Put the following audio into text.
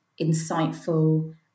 insightful